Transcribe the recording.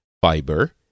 fiber